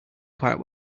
quite